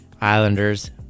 Islanders